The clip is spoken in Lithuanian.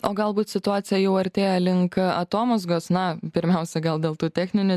o galbūt situacija jau artėja link atomazgos na pirmiausia gal dėl tų techninių